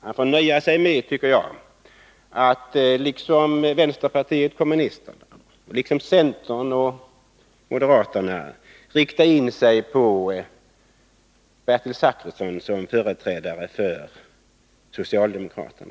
Han får nöja sig med, tycker jag, att liksom vänsterpartiet kommunisterna, centern och moderaterna rikta in sig på Bertil Zachrisson som företrädare för socialdemokraterna.